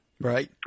Right